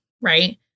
Right